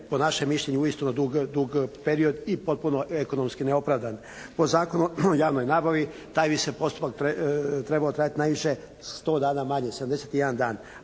po našem mišljenju uistinu dug period i potpuno ekonomski neopravdan. Po Zakonu o javnoj nabavi taj bi se postupak trebao trajati najviše 100 dana manje, 71 dan,